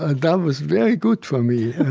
ah that was very good for me.